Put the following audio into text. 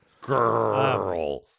Girl